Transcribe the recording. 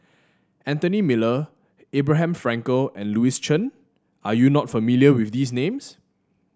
Anthony Miller Abraham Frankel and Louis Chen are you not familiar with these names